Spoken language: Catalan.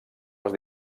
les